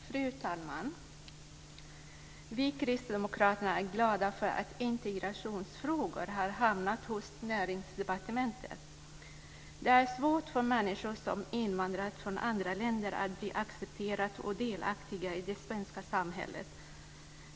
Fru talman! Vi kristdemokrater är glada för att integrationsfrågorna har hamnat hos Näringsdepartementet. Det är svårt för människor som invandrat från andra länder att bli accepterade och delaktiga i det svenska samhället.